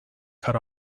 cut